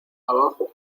abajo